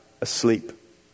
asleep